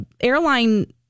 airline